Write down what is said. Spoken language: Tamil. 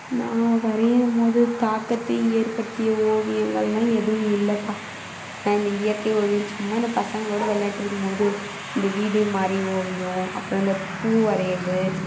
நான் வரையிரும் போது தாக்கத்தை ஏற்படுத்திய ஓவியங்கள்னால் எதுவும் இல்லைபா நான் இந்த இயற்கை ஓவியம் சும்மா இந்த பசங்களோட விளையாட்டிருக்கும்போது இந்த வீடு மாதிரி ஓவியம் அப்புறம் இந்த பூ வரைகிறது